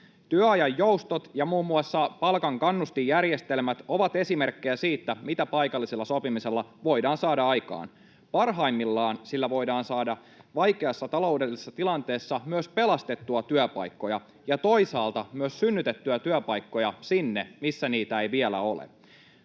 Työajan joustot ja muun muassa palkan kannustinjärjestelmät ovat esimerkkejä siitä, mitä paikallisella sopimisella voidaan saada aikaan. Parhaimmillaan sillä voidaan saada vaikeassa taloudellisessa tilanteessa myös pelastettua työpaikkoja ja toisaalta myös synnytettyä työpaikkoja sinne, missä niitä ei vielä ole.